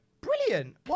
Brilliant